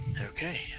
Okay